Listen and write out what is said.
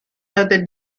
other